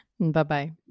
Bye-bye